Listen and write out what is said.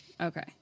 Okay